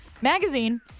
magazine